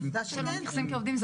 העובדה שלא מתייחסים אליהם כעובדים זה